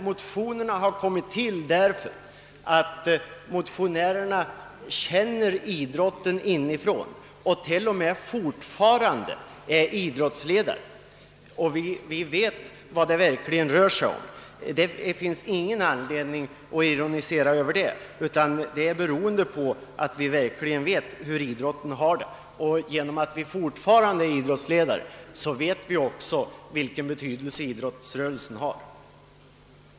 Motionerna har kommit till därför att motionärerna känner idrotten inifrån, till och med fortfarande är idrottsledare. Vi vet därför vilken betydelse idrottsrörelsen har och vilka betingelser idrotten arbetar under. Det finns ingen anledning att ironisera över det.